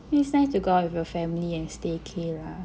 it's nice to go out with your family and staycay lah